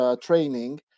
training